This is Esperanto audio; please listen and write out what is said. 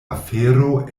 afero